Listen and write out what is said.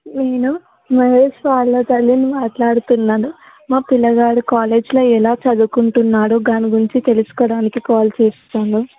నేను మహేష్ వాళ్ళ తల్లిని మాట్లాడుతున్నాను మా పిల్లగాడు కాలేజ్లో ఎలా చదువుకుంటున్నాడు దాని గురించి తెలుసుకోవడానికి కాల్ చేసాను